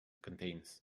contains